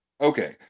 Okay